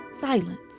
silence